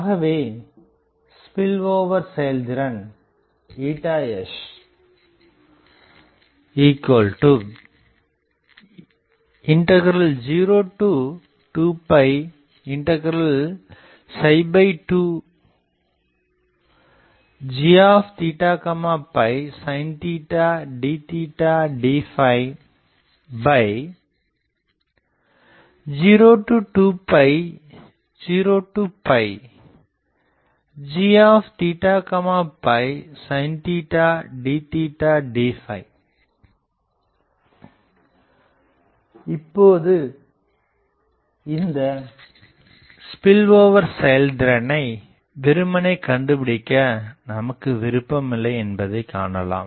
ஆகவே ஸ்பில்ஓவர் செயல்திறன் s0202g sin d d020g sin d d இப்போது இந்த ஸ்பில்ஓவர் செயல்திறனை வெறுமனே கண்டுபிடிக்க நமக்கு விருப்பமில்லை என்பதை காணலாம்